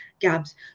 cabs